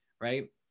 right